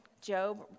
Job